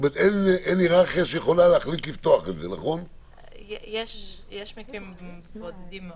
ותוך כדי פעולת אכיפה אני מזהה ביצוע של